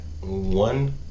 one